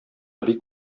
бик